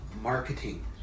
Marketing